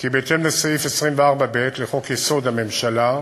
כי בהתאם לסעיף 24(ב) לחוק-יסוד: הממשלה,